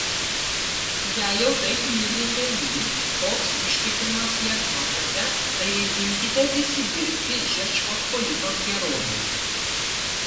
jei jau taip mylite jį toks ištikimas jam esate tai ir imkite visi dirbti žečpospolitos gerovei